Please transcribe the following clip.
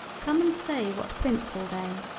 come and say what prints all day.